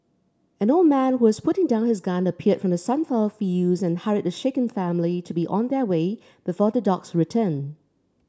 an old man who was putting down his gun appeared from the sunflower fields and hurried the shaken family to be on their way before the dogs return